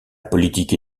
politique